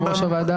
יושב ראש הוועדה,